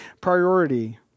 priority